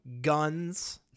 guns